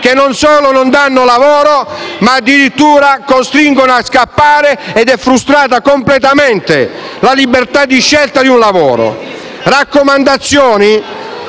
che non solo non danno lavoro, ma addirittura costringono a scappare, frustrando completamente la libertà di scelta del lavoro.